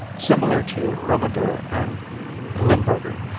similar to romadur and limburger,